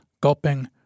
gulping